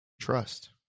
Trust